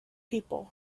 people